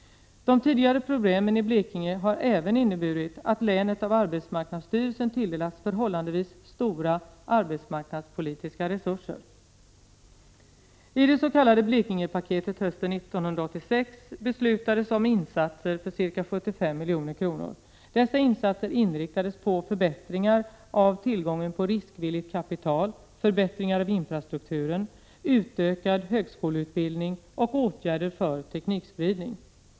De tidigare problemen i Blekinge har även inneburit att länet av arbetsmarknadsstyrelsen tilldelats förhållandevis stora arbetsmarknadspolitiska resurser. I det s.k. Blekingepaketet hösten 1986 beslutades om insatser för ca 75 milj.kr. Dessa insatser inriktades på förbättringar av tillgången på riskvilligt kapital, förbättringar av infrastrukturen, utökad högskoleutbildning och åtgärder för teknikspridning.